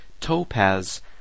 Topaz